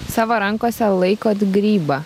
savo rankose laikot grybą